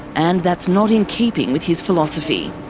and that's not in keeping with his philosophy.